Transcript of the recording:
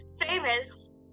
famous